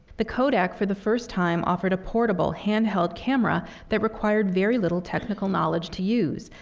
the kodak, for the first time, offered a portable handheld camera that required very little technical knowledge to use,